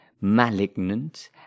malignant